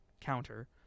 counter